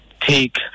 take